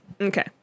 Okay